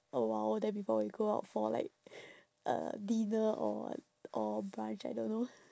a while then before we go out for like uh dinner or what or brunch I don't know